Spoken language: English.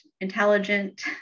intelligent